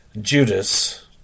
Judas